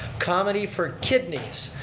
komedy for kidneys.